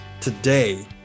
today